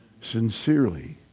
sincerely